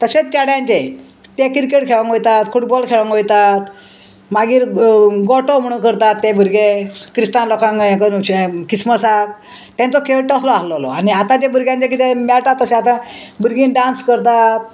तशेंच चेड्यांचे ते क्रिकेट खेळोंक वयतात फुटबॉल खेळोंक वयतात मागीर गोठो म्हणून करतात ते भुरगे क्रिस्तान लोकांक हें करूं क्रिसमसाक तेंचो खेळ तसलो आहललो आनी आतां ते भुरग्यांक ते कितें मेळटा तशें आतां भुरगीं डांस करतात